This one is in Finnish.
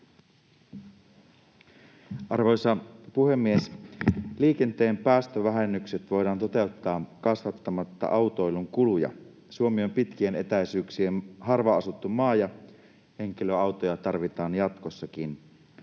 Arvoisa puhemies! Liikenteen päästövähennykset voidaan toteuttaa kasvattamatta autoilun kuluja. Suomi on pitkien etäisyyksien harvaan asuttu maa, ja henkilöautoja tarvitaan jatkossakin.